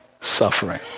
suffering